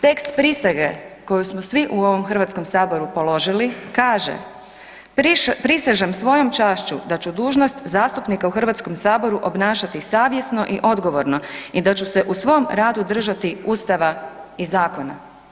Tekst prisege koju smo svi u ovom Hrvatskom saboru položili, kaže, prisežem svojom čašću da ću dužnost zastupnika u Hrvatskom saboru obnašati savjesno i odgovorno i da ću se u svom radu držati Ustava i zakona.